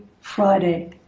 Friday